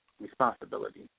responsibility